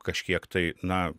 kažkiek tai na